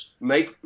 make